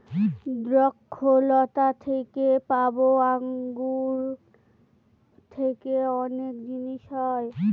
দ্রক্ষলতা থেকে পাবো আঙ্গুর থেকে অনেক জিনিস হয়